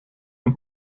ein